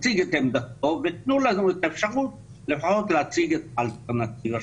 יציג את עמדתו ותנו לנו את האפשרות לפחות להציג את האלטרנטיבה